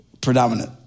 predominant